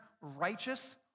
righteous